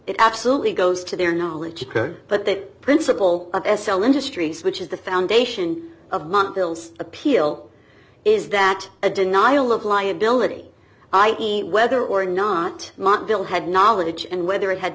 it absolutely goes to their knowledge but the principle of s l industries which is the foundation of month bills appeal is that a denial of liability i e whether or not mark bill had knowledge and whether it had